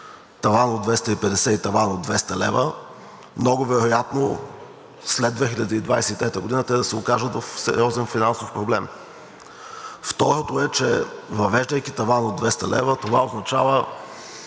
таван от 250 и таван от 200 лв., много вероятно след 2023 г. те да се окажат в сериозен финансов проблем. Второто е, че въвеждайки таван от 200 лв., това означава